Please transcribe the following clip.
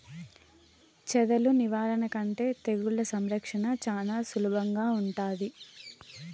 చెదల నివారణ కంటే తెగుళ్ల సంరక్షణ చానా సులభంగా ఉంటాది